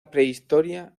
prehistoria